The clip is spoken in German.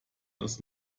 das